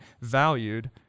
valued